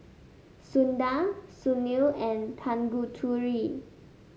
Sundar Sunil and Tanguturi